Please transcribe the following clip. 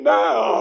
now